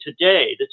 today